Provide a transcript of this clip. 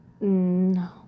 No